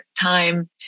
time